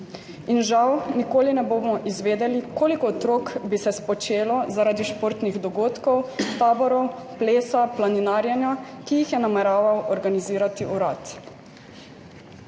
In žal nikoli ne bomo izvedeli, koliko otrok bi se spočelo zaradi športnih dogodkov, taborov, plesa, planinarjenja, ki jih je nameraval organizirati urad.